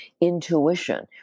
intuition